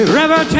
river